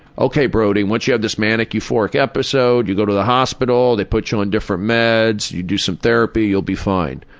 ok, brody, once you have this manic, euphoric episode, you go to the hospital, they put you on different meds, you do some therapy, you'll be fine.